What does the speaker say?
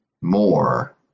more